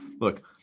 Look